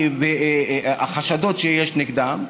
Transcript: בחשדות שיש נגדם,